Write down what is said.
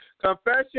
Confession